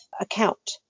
account